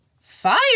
fire